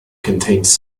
contains